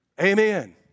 Amen